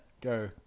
Go